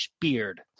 beard